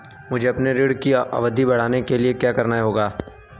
मुझे अपने ऋण की अवधि बढ़वाने के लिए क्या करना होगा?